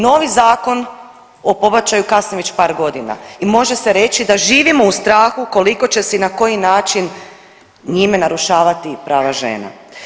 Novi zakon o pobačaju kasni već par godina i može se reći da živimo u strahu koliko će se i na koji način njime narušavati prava žena.